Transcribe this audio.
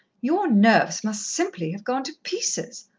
your nerves must simply have gone to pieces.